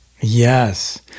Yes